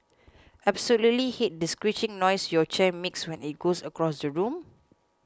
absolutely hate this screeching noise your chair makes when it goes across the room